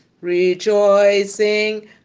rejoicing